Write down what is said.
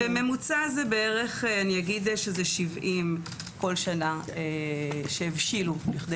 בממוצע אני אגיד שזה 70 בכל שנה שהבשילו לכדי כתב אישום.